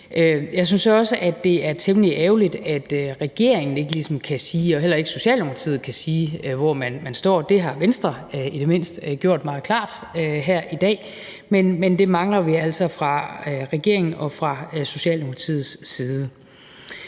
Jeg synes også, at det er temmelig ærgerligt, at regeringen og heller ikke Socialdemokratiet ligesom kan sige, hvor man står. Det har Venstre i det mindste gjort meget klart her i dag. Men det mangler vi altså fra regeringen og Socialdemokratiets side.